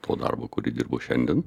to darbo kurį dirbu šiandien